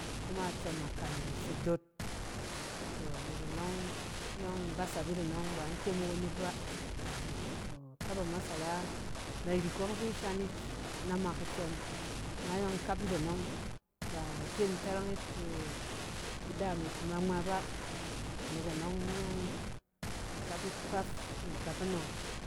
Kuma itsↄm nakan e se dot tↄ nek anↄng, iyↄng in basap it anↄng ba in kyem in won yit ba. Ikap a masara-narik ↄng fin shan yit na mak itsↄm, ama in yↄng in kap yit anↄng. Ba in kyem in torang yit ku-kudaam yit ngma-ngma ba. Nek anↄng in yↄng in kap yit kpaf na gap anↄng